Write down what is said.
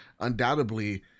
Undoubtedly